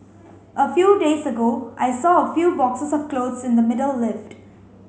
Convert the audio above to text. a few days ago I saw a few boxes of clothes in the middle lift